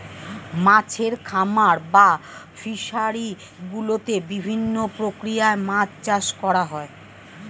মাছের খামার বা ফিশারি গুলোতে বিভিন্ন প্রক্রিয়ায় মাছ চাষ করা হয়